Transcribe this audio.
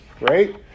right